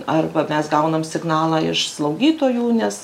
arba mes gaunam signalą iš slaugytojų nes